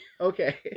Okay